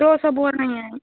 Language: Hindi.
दो सौ बोल रही हैं